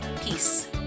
Peace